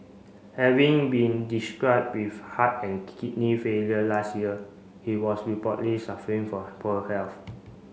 having been describe with heart and kidney failure last year he was reportedly suffering from poor health